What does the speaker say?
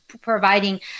providing